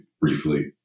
briefly